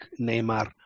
Neymar